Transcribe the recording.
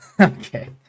okay